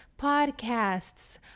podcasts